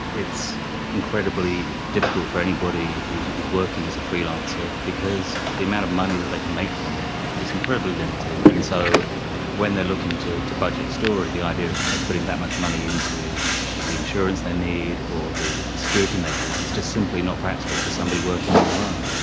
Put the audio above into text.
it's incredibly difficult for anybody who is is working as a freelancer, because the amount of money that they can make from it is incredibly limited. and so when they're looking to to budget a story, the idea of of putting that much money into maybe the insurance they need or the security measures is just simply not practical for somebody working on their own.